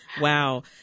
Wow